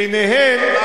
ביניהן,